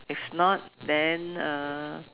if not then uh